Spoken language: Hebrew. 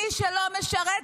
מי שלא משרת,